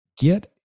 get